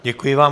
Děkuji vám.